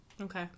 Okay